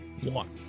one